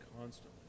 constantly